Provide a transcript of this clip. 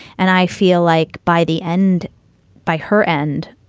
and i feel like by the end by her end,